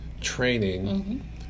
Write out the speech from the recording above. training